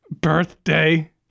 Birthday